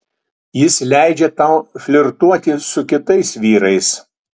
jis leidžia tau flirtuoti su kitais vyrais